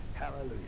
Hallelujah